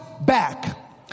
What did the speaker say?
back